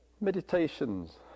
meditations